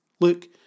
Look